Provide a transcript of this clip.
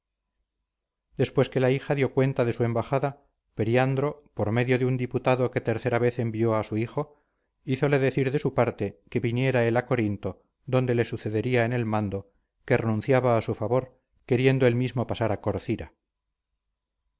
después que la hija dio cuenta de su embajada periandro por medio de un diputado que tercera vez envió a su hijo hízole decir de su parte que viniera él a corinto donde le sucedería en el mando que renunciaba a su favor queriendo él mismo pasar a corcira